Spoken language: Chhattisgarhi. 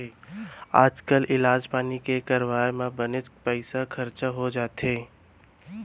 आजकाल इलाज पानी के करवाय म बनेच पइसा खरचा हो जाथे